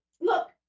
look